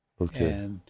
Okay